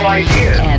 idea